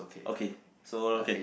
okay so okay